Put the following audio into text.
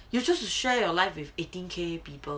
you choose to share your life with eighteen K people